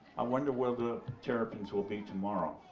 wonder where the terrapins will be tomorrow.